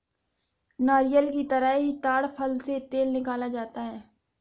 नारियल की तरह ही ताङ फल से तेल निकाला जाता है